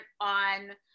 on